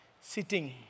sitting